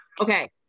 okay